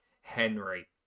Henry